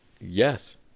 Yes